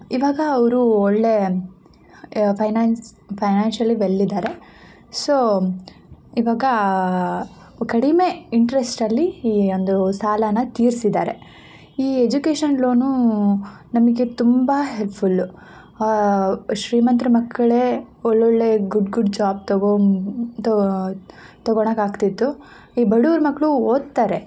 ಇವಾಗ ಅವರು ಒಳ್ಳೇ ಫೈನಾನ್ಸ್ ಪೈನ್ಯಾನ್ಶಾಲಿ ವೆಲ್ ಇದ್ದಾರೆ ಸೋ ಇವಾಗ ಕಡಿಮೆ ಇಂಟ್ರೆಸ್ಟ್ ಅಲ್ಲಿ ಈ ಅಂದರು ಸಾಲ ತೀರಿಸಿದ್ದಾರೆ ಈ ಎಜುಕೇಷನ್ ಲೋನು ನಮಗೆ ತುಂಬ ಹೆಲ್ಫುಲ್ಲು ಶ್ರೀಮಂತ್ರ ಮಕ್ಕಳೇ ಒಳ್ಳೊಳ್ಳೇ ಗುಡ್ ಗುಡ್ ಜಾಬ್ ತಗೋಮ್ ತಗೋ ತೊಗೋಳೋಕಾಗ್ತಿತ್ತು ಈ ಬಡವ್ರ ಮಕ್ಕಳು ಓದ್ತಾರೆ